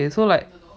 okay so like